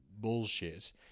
bullshit